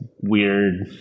weird